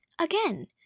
again